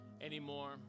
anymore